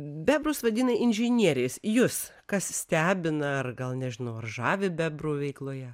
bebrus vadina inžinieriais jus kas stebina ar gal nežinau ar žavi bebrų veikloje